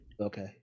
Okay